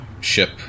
ship